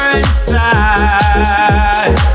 inside